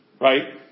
Right